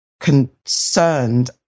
concerned